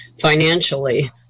financially